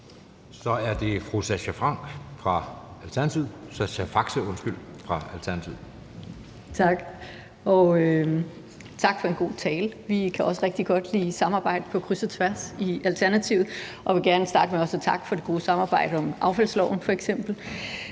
Så er det fru Sascha Faxe fra Alternativet. Kl. 16:49 Sascha Faxe (ALT): Tak. Og tak for en god tale. Vi kan også rigtig godt lide samarbejde på kryds og tværs i Alternativet, og jeg vil gerne starte med også at takke for det gode samarbejde om f.eks. affaldsloven.